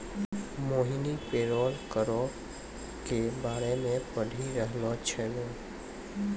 मोहिनी payroll करो के बारे मे पढ़ि रहलो छलै